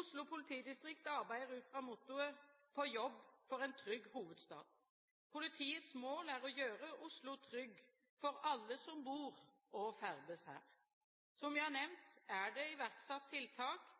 Oslo politidistrikt arbeider ut fra mottoet På jobb for en trygg hovedstad. Politiets mål er å gjøre Oslo trygg for alle som bor og ferdes her. Som jeg har